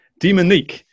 Demonique